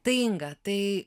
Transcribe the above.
tai inga tai